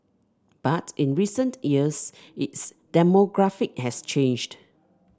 but in recent years its demographic has changed